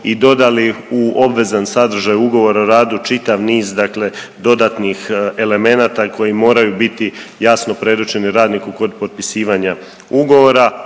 i dodali u obvezan sadržaj ugovora o radu čitav niz, dakle dodatnih elemenata koji moraju biti jasno predočeni radniku kod potpisivanja ugovora